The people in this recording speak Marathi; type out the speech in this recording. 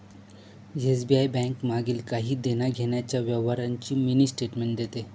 एस.बी.आय बैंक मागील काही देण्याघेण्याच्या व्यवहारांची मिनी स्टेटमेंट देते